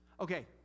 okay